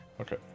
Okay